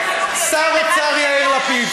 שר אוצר יאיר לפיד,